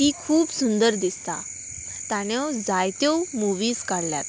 ती खूब सुंदर दिसता ताणें जायत्यो मुवीज काडल्यात